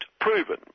proven